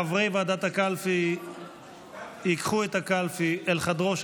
חברי ועדת הקלפי ייקחו את הקלפי אל חדרו של